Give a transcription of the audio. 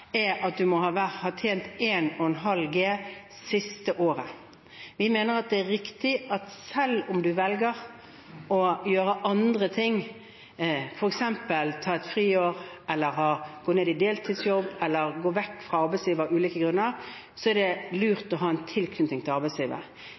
at man må ha tjent 1,5 G det siste året for å få opptjeningsrett. Vi mener det er riktig at selv om man velger å gjøre andre ting, f.eks. ta et friår, gå ned i deltidsjobb eller gå vekk fra arbeidslivet av ulike grunner, er det